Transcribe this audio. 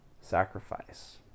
sacrifice